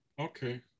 okay